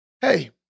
hey